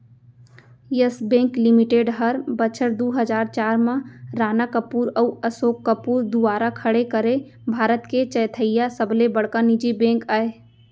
yes Bank Limited हर बछर दू हजार चार म राणा कपूर अउ असोक कपूर दुवारा खड़े करे भारत के चैथइया सबले बड़का निजी बेंक अय